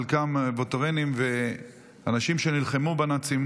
חלקם וטרנים ואנשים שנלחמו בנאצים.